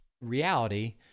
reality